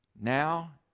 Now